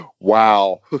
wow